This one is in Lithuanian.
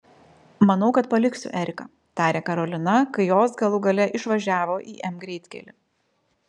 manau kad paliksiu eriką tarė karolina kai jos galų gale išvažiavo į m greitkelį